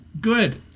Good